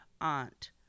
aunt